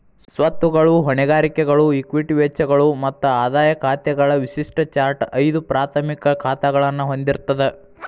ಸ್ವತ್ತುಗಳು, ಹೊಣೆಗಾರಿಕೆಗಳು, ಇಕ್ವಿಟಿ ವೆಚ್ಚಗಳು ಮತ್ತ ಆದಾಯ ಖಾತೆಗಳ ವಿಶಿಷ್ಟ ಚಾರ್ಟ್ ಐದು ಪ್ರಾಥಮಿಕ ಖಾತಾಗಳನ್ನ ಹೊಂದಿರ್ತದ